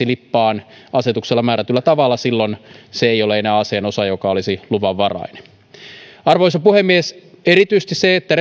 lippaan toimintakyvyttömäksi asetuksella määrätyllä tavalla silloin se ei ole enää aseen osa joka olisi luvanvarainen arvoisa puhemies erityisesti se on minusta suuri saavutus että